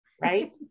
Right